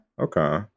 Okay